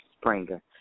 Springer